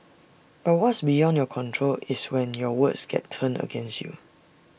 but what's beyond your control is when your words get turned against you